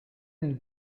nel